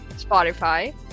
Spotify